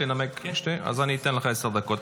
אז אתן לך עשר דקות.